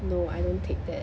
no I don't take that